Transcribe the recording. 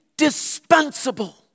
indispensable